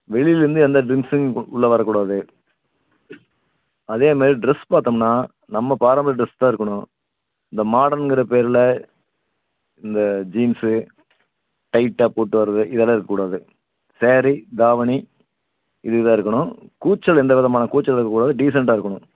வெளிலேருந்து எந்த ட்ரிங்ஸும் உள்ளே வரக்கூடாது அதேமாதிரி ட்ரெஸ் பார்த்தம்னா நம்ம பாரம்பரிய ட்ரெஸ் தான் இருக்கணும் இந்த மாடர்ன்ங்கிற பேரில் இந்த ஜீன்ஸு டைட்டாக போட்டு வர்றது இதெல்லாம் இருக்கக்கூடாது ஸேரீ தாவணி இதுதான் இருக்கணும் கூச்சல் எந்த விதமான கூச்சலும் இருக்கக்கூடாது டீசெண்ட்டாக இருக்கணும்